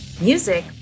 Music